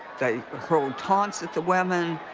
they hurled taunts at the women.